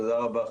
תודה רבה,